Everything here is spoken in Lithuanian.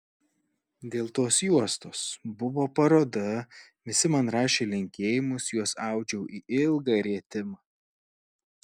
dėl tos juostos buvo paroda visi man rašė linkėjimus juos audžiau į ilgą rietimą